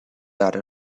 other